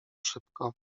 szybko